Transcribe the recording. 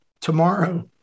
tomorrow